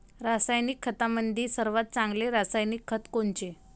रासायनिक खतामंदी सर्वात चांगले रासायनिक खत कोनचे?